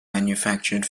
manufactured